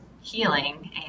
healing